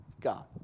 God